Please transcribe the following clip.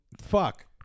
Fuck